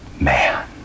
man